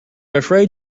afraid